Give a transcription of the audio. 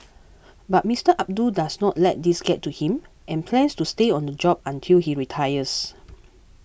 but Mister Abdul does not let these get to him and plans to stay on the job until he retires